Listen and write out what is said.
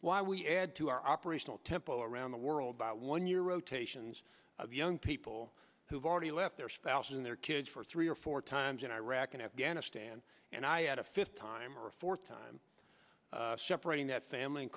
why we add to our operational tempo around the world by one year rotations of young people who've already left their spouses and their kids for three or four times in iraq and afghanistan and i add a fifth time or a fourth time separating that family and